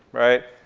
right?